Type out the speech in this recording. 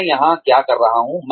मैं यहाँ क्या कर रहा हूँ